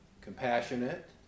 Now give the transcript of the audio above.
Compassionate